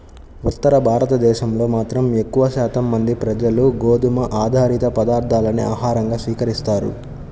ఉత్తర భారతదేశంలో మాత్రం ఎక్కువ శాతం మంది ప్రజలు గోధుమ ఆధారిత పదార్ధాలనే ఆహారంగా స్వీకరిస్తారు